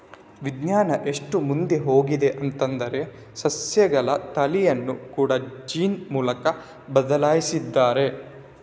ವಿಜ್ಞಾನ ಎಷ್ಟು ಮುಂದೆ ಹೋಗಿದೆ ಅಂತಂದ್ರೆ ಸಸ್ಯಗಳ ತಳಿಯನ್ನ ಕೂಡಾ ಜೀನ್ ಬಳಸಿ ಬದ್ಲಾಯಿಸಿದ್ದಾರೆ